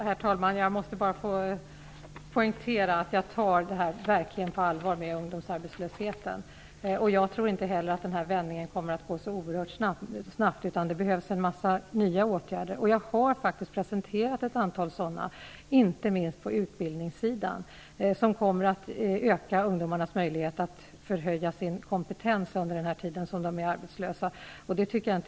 Herr talman! Jag måste bara poängtera att jag verkligen tar ungdomsarbetslösheten på allvar. Jag tror inte heller att denna vändning kommer att ske så oerhört snabbt. Det behövs en massa nya åtgärder. Jag har faktiskt presenterat ett antal sådana, inte minst på utbildningssidan. De kommer att öka ungdomarnas möjlighet att höja sin kompetens under den tid som de är arbetslösa. Det är inte minst viktigt.